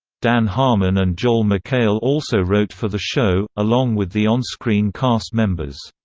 dan harmon and joel mchale also wrote for the show, along with the on-screen cast members.